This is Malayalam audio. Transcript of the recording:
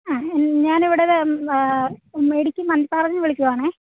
ആ ഞാനിവിടെ ഇടുക്കി മൺപാറയിൽനിന്ന് വിളിക്കുവാണേ